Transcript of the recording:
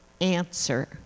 answer